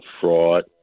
fraud